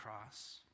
cross